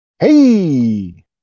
Hey